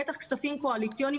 בטח כספים קואליציוניים,